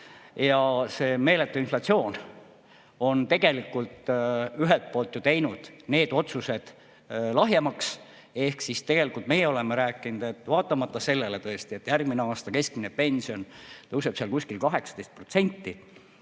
ja see meeletu inflatsioon on tegelikult ju teinud need otsused lahjemaks. Tegelikult meie oleme rääkinud, et vaatamata sellele, et järgmine aasta keskmine pension tõuseb kuskil 18%,